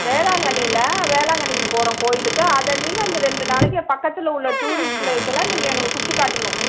வேளாங்கண்ணி இல்லை வேளாங்கண்ணிக்கு போகிறோம் கோயிலுக்கு அதை அன்னியில் அந்த ரெண்டு நாளைக்கு பக்கத்தில் உள்ள டூரிஸ்ட் ப்ளேஸ் எல்லாம் நீங்கள் எங்களுக்கு சுற்றி காட்டணும்